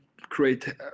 create